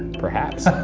perhaps.